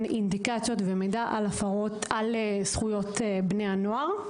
אינדיקציות ומידע על זכויות בני הנוער.